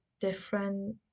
different